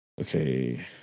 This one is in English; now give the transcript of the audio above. Okay